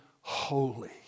holy